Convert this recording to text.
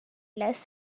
less